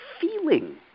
feeling